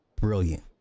brilliant